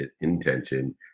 intention